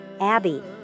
Abby